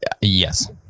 yes